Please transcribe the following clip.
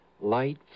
Light